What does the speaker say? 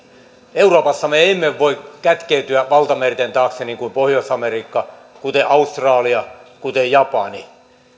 euroopassa me emme voi kätkeytyä valtamerten taakse niin kuin pohjois amerikka kuten australia kuten japani